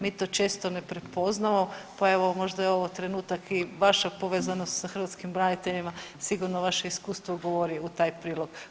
Mi to često ne prepoznamo, pa evo možda je ovo trenutak i vaše povezanosti sa hrvatskim braniteljima, sigurno vaše iskustvo govori u taj prilog.